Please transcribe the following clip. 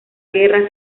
guerra